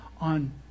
on